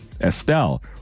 Estelle